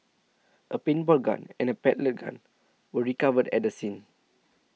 a paintball gun and pellet gun were recovered at the scene